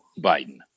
Biden